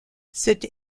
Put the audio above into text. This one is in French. cette